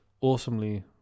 awesomely